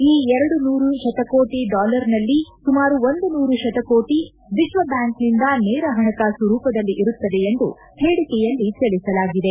ಈ ಎರಡು ನೂರು ಶತಕೋಟಿ ಡಾಲರ್ನಲ್ಲಿ ಸುಮಾರು ಒಂದು ನೂರು ಶತಕೋಟಿ ವಿಶ್ವ ಬ್ಲಾಂಕ್ನಿಂದ ನೇರ ಹಣಕಾಸು ರೂಪದಲ್ಲಿ ಇರುತ್ತದೆ ಎಂದು ಹೇಳಿಕೆಯಲ್ಲಿ ತಿಳಿಸಲಾಗಿದೆ